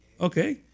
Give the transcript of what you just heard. Okay